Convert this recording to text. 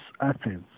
Athens